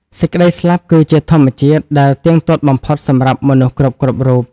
សេចក្តីស្លាប់គឹជាធម្មជាតិដែលទៀងទាត់បំផុតសម្រាប់មនុស្សគ្រប់ៗរូប ។